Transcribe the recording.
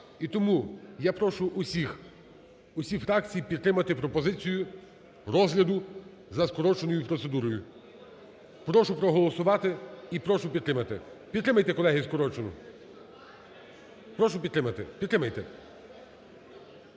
І тому я прошу всіх, усі фракції підтримати пропозицію розгляду за скороченою процедурою. Прошу проголосувати і прошу підтримати Підтримайте колеги скорочену. Прошу підтримати, підтримайте.